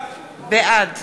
בעד